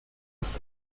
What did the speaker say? ist